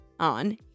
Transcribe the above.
On